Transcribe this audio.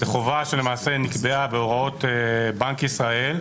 זו חובה שנקבעה למעשה בהוראות בנק ישראל,